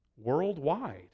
Worldwide